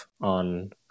on